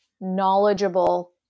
knowledgeable